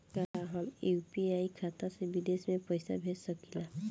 का हम यू.पी.आई खाता से विदेश में पइसा भेज सकिला?